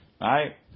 Right